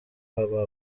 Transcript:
haba